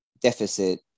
deficit